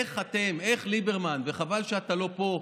איך אתם, איך ליברמן, וחבל שאתה לא פה,